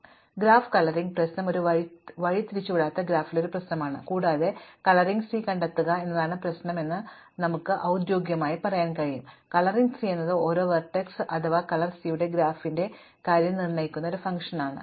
അതിനാൽ graph colouring പ്രശ്നം ഒരു വഴിതിരിച്ചുവിടാത്ത ഗ്രാഫിലെ ഒരു പ്രശ്നമാണ് കൂടാതെ ഒരു കളറിംഗ് സി കണ്ടെത്തുക എന്നതാണ് പ്രശ്നം എന്ന് നമുക്ക് can ദ്യോഗികമായി പറയാൻ കഴിയും കളറിംഗ് സി എന്നത് ഓരോ വെർട്ടെക്സ് വാ കളർ സി യുടെയും ഗ്രാഫിന്റെ കാര്യത്തിലും നിർണ്ണയിക്കുന്ന ഒരു ഫംഗ്ഷനാണ്